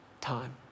time